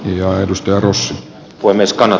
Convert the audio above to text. joidusti uros voi melskannut